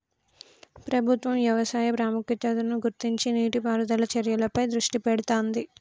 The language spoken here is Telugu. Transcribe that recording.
ప్రభుత్వం వ్యవసాయ ప్రాముఖ్యతను గుర్తించి నీటి పారుదల చర్యలపై దృష్టి పెడుతాంది